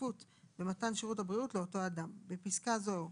בדחיפות במתן שירות הבריאות לאותו אדם, בפסקה זו,